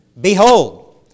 Behold